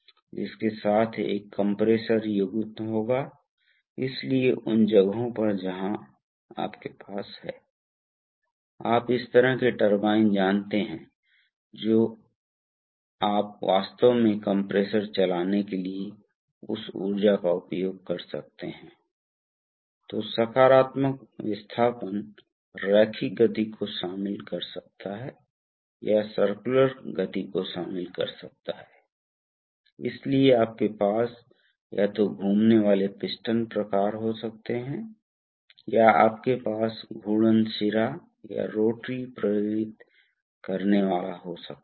दूसरी ओर यदि आपके पास जब आपके पास स्ट्रोक नियंत्रण है तो हमने स्ट्रोक नियंत्रण नहीं खींचा है मुझे बस आगे जाने दें वास्तव में मैं दूसरी तरफ हाँ ठीक है वापस जाएं ठीक है तो आप देखें कि यह है मुझे खेद है हाँ इसलिए आमतौर पर एक बल नियंत्रित आनुपातिक वाल्व के विशिष्ट निर्माण इसलिए आप क्या कर रहे हैं आप यहाँ देख रहे हैं कि आप विद्युत कनेक्शन दे रहे हैं यह सर्वो एम्पलीफायर करंट है यहाँ संचालित किया जा सकता है यह है यह है यह टोक़ है तो टोक़ मोटर कहा जाता है तो क्या होगा यह है यह होगा यह कनेक्टर है